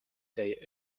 they